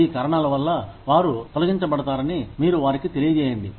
ఈ కారణాల వల్ల వారు తొలగించబడతారని మీరు వారికి తెలియజేయండి